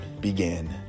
began